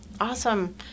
Awesome